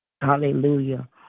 Hallelujah